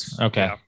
Okay